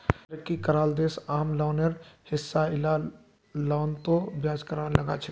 तरक्की कराल देश आम लोनेर हिसा इला लोनतों ब्याज लगाछेक